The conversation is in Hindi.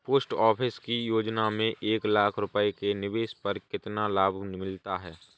पोस्ट ऑफिस की योजना में एक लाख रूपए के निवेश पर कितना लाभ मिलता है?